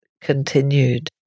continued